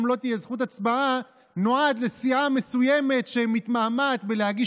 לא תהיה זכות הצבעה נועד לסיעה מסוימת שמתמהמהת להגיש